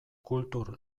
kultur